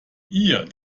ihr